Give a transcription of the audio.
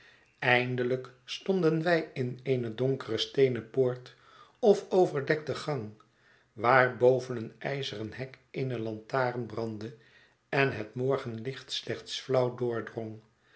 eindelijk stonden wij in eene donkere steenen poort of overdekten gang waar boven een ijzeren hek eene lantaren brandde en het morgenlicht slechts flauw